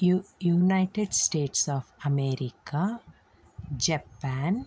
U United States of America Japan